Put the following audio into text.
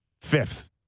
fifth